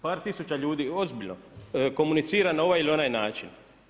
Par tisuća ljudi, ozbiljno, komuniciram na ovaj ili onaj način.